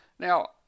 Now